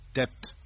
depth